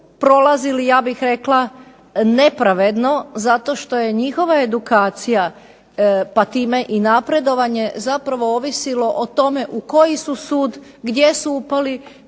prolazili ja bih rekla nepravedno zato što je njihova edukacija pa time i napredovanje zapravo ovisilo o tome u koji su sud, gdje su upali,